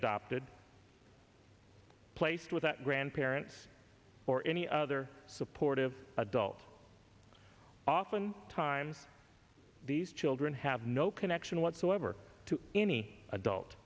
adopted placed without grandparents or any other supportive adult often times these children have no connection whatsoever to any adult